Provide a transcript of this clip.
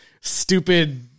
stupid